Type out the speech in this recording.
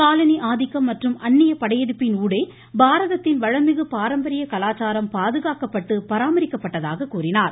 காலணி ஆதிக்கம் மற்றும் அந்நிய படையெடுப்பின் ஊடே பாரதத்தின் வளம் மிகு பாரம்பர்ய கலாச்சாரம் பாதுகாக்கப்பட்டு பராமரிக்கப்பட்டதாக கூறினார்